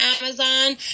Amazon